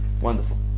Wonderful